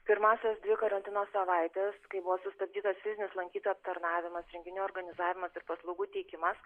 pirmąsias dvi karantino savaites kai buvo sustabdytas fizinis lankytojų aptarnavimas renginių organizavimas ir paslaugų teikimas